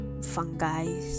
fungi